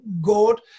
God